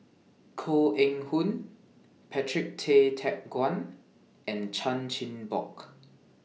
Koh Eng Hoon Patrick Tay Teck Guan and Chan Chin Bock